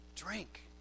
Drink